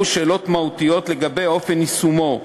שאלות מהותיות לגבי אופן יישומו,